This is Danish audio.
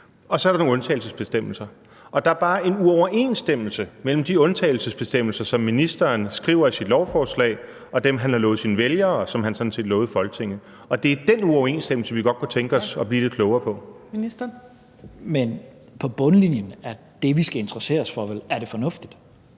og så er der nogle undtagelsesbestemmelser. Der er bare en uoverensstemmelse mellem de undtagelsesbestemmelser, som ministeren skriver i sit lovforslag, og dem, han har lovet sine vælgere, og som han sådan set lovede Folketinget, og det er den uoverensstemmelse, vi godt kunne tænke os at blive lidt klogere på. Kl. 14:37 Fjerde næstformand (Trine